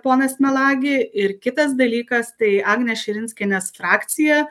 ponas melagi ir kitas dalykas tai agnės širinskienės frakcija